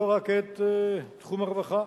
לא רק את תחום הרווחה,